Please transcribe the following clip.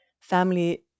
family